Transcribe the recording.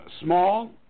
small